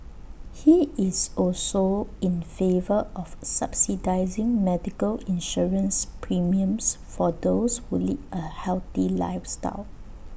he is also in favour of subsidising medical insurance premiums for those who lead A healthy lifestyle